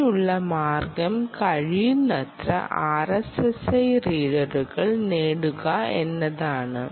അതിനുള്ള മാർഗ്ഗം കഴിയുന്നത്ര ആർഎസ്എസ്ഐ റീഡുകൾ നേടുക എന്നതാണ്